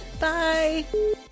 Bye